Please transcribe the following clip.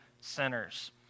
sinners